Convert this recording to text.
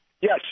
yes